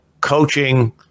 coaching